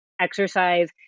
exercise